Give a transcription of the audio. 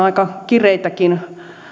aika kireitäkin